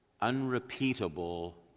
unrepeatable